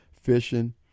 fishing